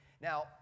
Now